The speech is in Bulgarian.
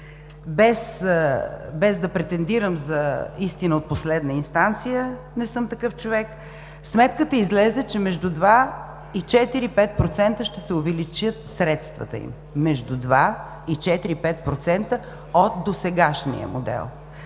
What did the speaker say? без да претендирам за истина от последна инстанция, не съм такъв човек, излезе, че между 2 и 4 – 5% ще се увеличат средствата им. Между 2 и 4 – 5% от досегашния модел.